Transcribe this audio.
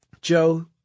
Joe